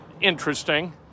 interesting